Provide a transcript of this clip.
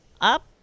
up